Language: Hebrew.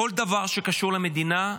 בכל דבר שקשור למדינה,